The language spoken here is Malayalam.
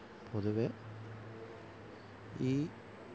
പൊതുവെ ഈ